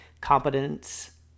Competence